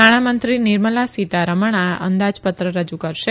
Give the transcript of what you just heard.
નાણામંત્રી નિર્મલા સીતારમણ આ અંદાજપત્ર રજુ કરશે